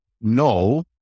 No